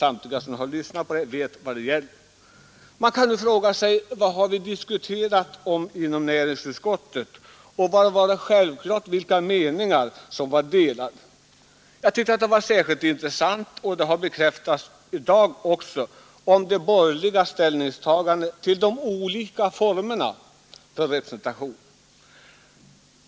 Samtliga kammarledamöter som har lyssnat till debatten vet vad det gäller. I näringsutskottet har meningarna självklart varit delade. De borgerligas ställningstagande till de olika formerna för representation har bekräftats i dag.